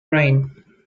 rain